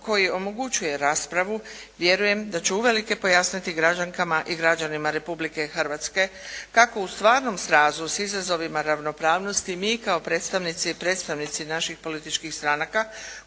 koji omogućuje raspravu vjerujem da će uvelike pojasniti građankama i građanima Republike Hrvatske kako u stvarnom srazu s izazovima ravnopravnosti mi kao predstavnici i predstavnici naših političkih stranaka